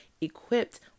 equipped